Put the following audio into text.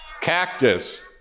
Cactus